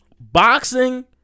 Boxing